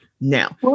now